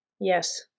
Yes